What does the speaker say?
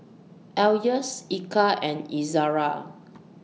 Elyas Eka and Izzara